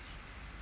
true